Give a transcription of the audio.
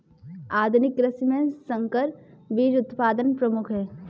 आधुनिक कृषि में संकर बीज उत्पादन प्रमुख है